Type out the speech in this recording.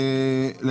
ברורה.